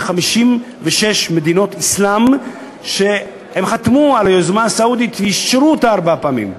56 מדינות אסלאם שחתמו על היוזמה הסעודית ואישרו אותה ארבע פעמים,